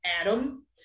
adam